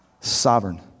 sovereign